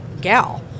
gal